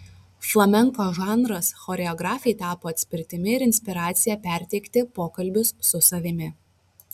flamenko žanras choreografei tapo atspirtimi ir inspiracija perteikti pokalbius su savimi